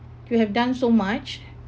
you have done so much